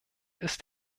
ist